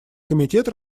комитет